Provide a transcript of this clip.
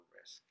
risk